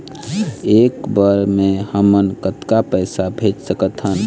एक बर मे हमन कतका पैसा भेज सकत हन?